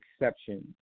exception